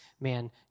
man